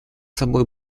собой